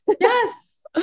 Yes